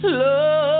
love